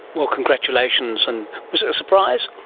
well, congratulations. and was it a surprise?